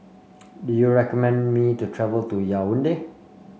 do you recommend me to travel to Yaounde